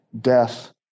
death